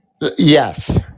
Yes